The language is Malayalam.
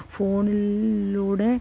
ഫോണിലൂടെ